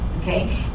okay